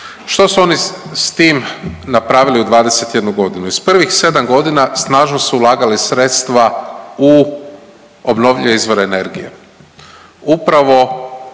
Što su oni s tim napravili u 21 godinu? Iz prvih 7 godina snažno su ulagali sredstva u obnovljive izvore energije.